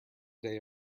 day